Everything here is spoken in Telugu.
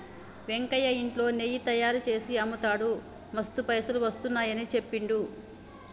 వెంకయ్య ఇంట్లో నెయ్యి తయారుచేసి అమ్ముతాడు మస్తు పైసలు వస్తున్నాయని చెప్పిండు